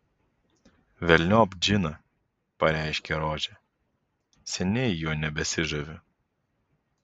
velniop džiną pareiškė rožė seniai juo nebesižaviu